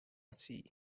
sea